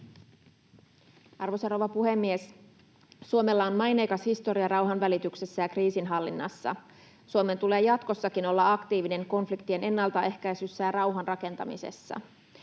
rouva puhemies! Suomella on maineikas historia rauhanvälityksessä ja kriisinhallinnassa. Suomen tulee jatkossakin olla aktiivinen konfliktien ennaltaehkäisyssä ja rauhanrakentamisessa.